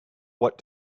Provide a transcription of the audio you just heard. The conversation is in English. what